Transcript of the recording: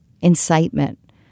incitement